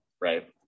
right